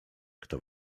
kto